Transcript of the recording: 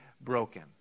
broken